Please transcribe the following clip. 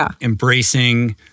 embracing